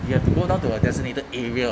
you have to go down to a designated area